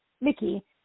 Mickey